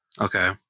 Okay